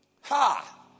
ha